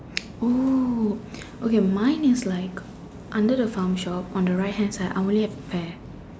oh okay mine is like under the farm shop on the right hand side I only have pear